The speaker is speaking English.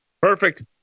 Perfect